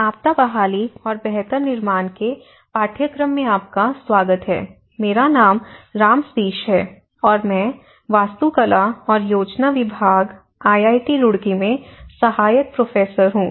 आपदा बहाली और बेहतर निर्माण के पाठ्यक्रम में आपका स्वागत है मेरा नाम राम सतीश है और मैं वास्तुकला और योजना विभाग आईआईटी रुड़की में सहायक प्रोफेसर हूँ